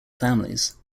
families